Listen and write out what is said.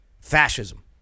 fascism